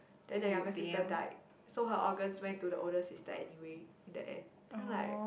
then the younger sister died so her organs went to the older sister anyway in the end then I like